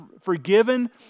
forgiven